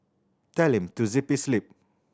tell him to zip his lip